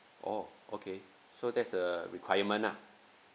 oh okay so that's a requirement lah